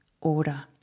order